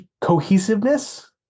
cohesiveness